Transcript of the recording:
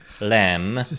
Lamb